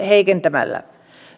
heikentämällä